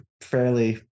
fairly